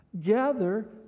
gather